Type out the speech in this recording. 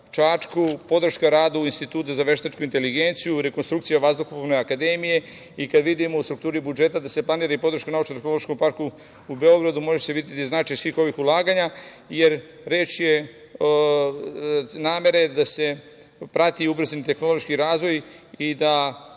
Čačku, podrška radu Instituta za veštačku inteligenciju, Rekonstrukcija Vazduhoplovne akademije i kada vidimo u strukturi budžeta da se planira i podrška Naučno tehnološkom parku u Beogradu, može se videti značaj svih ovih ulaganja, jer reč je namere da se prati ubrzani tehnološki razvoj i da